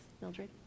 Mildred